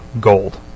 gold